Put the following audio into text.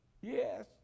Yes